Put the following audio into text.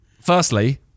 Firstly